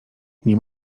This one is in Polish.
nie